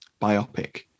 biopic